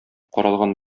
каралган